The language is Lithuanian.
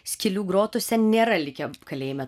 skylių grotose nėra likę kalėjime